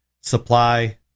supply